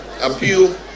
appeal